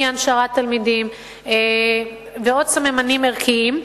אי-הנשרת תלמידים ועוד סממנים ערכיים.